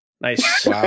Nice